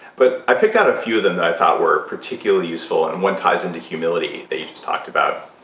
but i picked out a few of them that i thought were particularly useful, and one ties in to humility, that you just talked about,